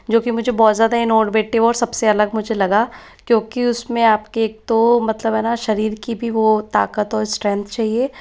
जो कि मुझे बहुत ज़्यादा इन्नोरवेटिव और सबसे अलग मुझे लगा क्योंकि उसमें आपकी एक तो मतलब शरीर की भी वो ताकत वो स्ट्रेनथ चाहिए